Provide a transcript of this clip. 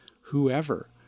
whoever